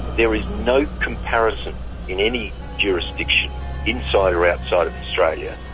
there is no comparison in any jurisdiction inside or outside of australia.